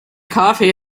coffee